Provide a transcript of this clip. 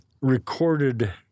recorded